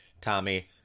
Tommy